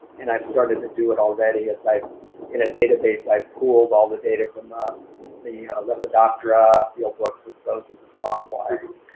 and i've started to do it already, is in a database i've pooled all the data from the the lepidoptera field books with those of the sawflies.